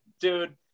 dude